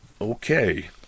Okay